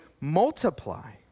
multiply